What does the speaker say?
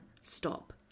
stop